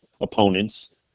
opponents